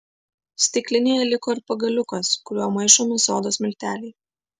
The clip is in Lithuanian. stiklinėje liko ir pagaliukas kuriuo maišomi sodos milteliai